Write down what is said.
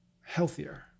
healthier